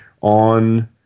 on